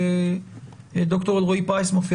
זה הוּדַע.